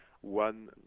One